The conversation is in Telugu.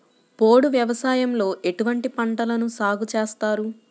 పోడు వ్యవసాయంలో ఎటువంటి పంటలను సాగుచేస్తారు?